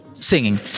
singing